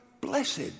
blessed